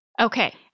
Okay